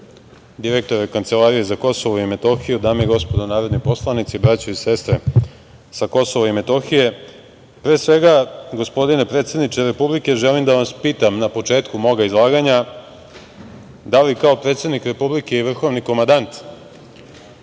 direktore Kancelarije za Kosovo i Metohiju, dame i gospodo narodni poslanici, braćo i sestre sa Kosova i Metohije, pre svega, gospodine predsedniče Republike, želim da vas pitam na početku mog izlaganja - da li kao predsednik Republike i vrhovni komandant